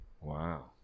Wow